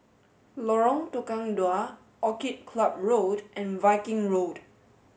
Lorong Tukang Dua Orchid Club Road and Viking Road